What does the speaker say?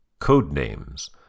...Codenames